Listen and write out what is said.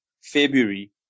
February